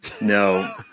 no